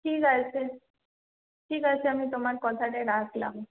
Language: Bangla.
ঠিক আছে ঠিক আছে আমি তোমার কথাটা রাখলাম